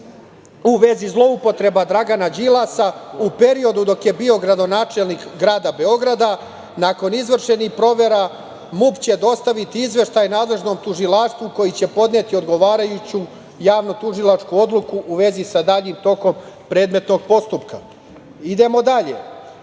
u vezi zloupotreba Dragana Đilasa u periodu dok je bio gradonačelnik grada Beograda, nakon izvršenih provera, MUP će dostaviti izveštaj nadležnom tužilaštvu koje će podneti odgovarajuću javno-tužilačku odluku u vezi sa daljim tokom predmetnog postupka. Idemo dalje.